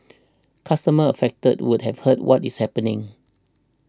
customers affected would have heard what is happening